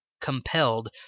compelled